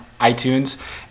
iTunes